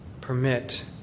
permit